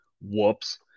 Whoops